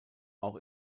auch